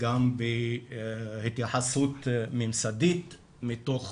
וגם בהתייחסות ממסדית מתוך